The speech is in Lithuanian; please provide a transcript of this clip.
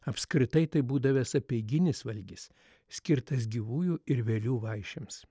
apskritai tai būdavęs apeiginis valgis skirtas gyvųjų ir vėlių vaišėms